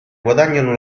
guadagnano